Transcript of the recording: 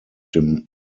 dem